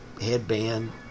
headband